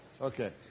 Okay